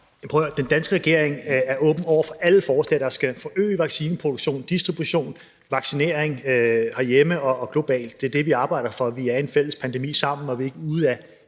Den danske regering er åben over for alle forslag, der kan forøge vaccineproduktionen og -distributionen og vaccinering herhjemme og globalt. Det er det, vi arbejder for. Vi er alle sammen i en pandemi, og vi er ikke ude af